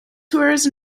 tours